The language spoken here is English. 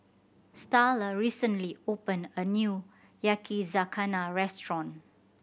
Starla recently opened a new Yakizakana Restaurant